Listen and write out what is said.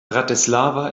bratislava